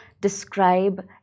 describe